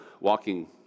walking